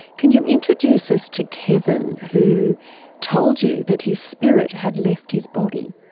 can you introduce us to kevin who told you that his spirit had left his body?